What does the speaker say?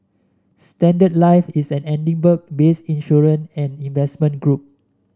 Standard Life is an Edinburgh based insurance and investment group